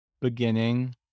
beginning